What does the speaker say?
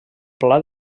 pla